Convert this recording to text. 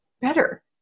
better